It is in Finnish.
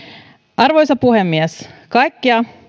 arvoisa puhemies kaikkea